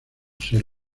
ser